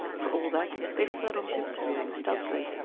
for all that they fled on tiptoe, stealthily,